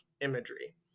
imagery